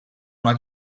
una